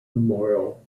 memorial